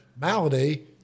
malady